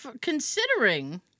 Considering